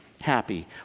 happy